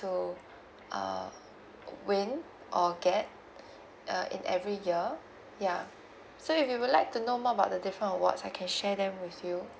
to uh win or get uh in every year ya so you would like to know more about the different awards I can share them with you